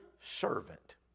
servant